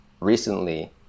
recently